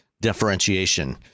differentiation